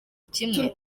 kimwe